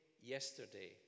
yesterday